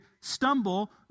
stumble